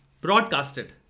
broadcasted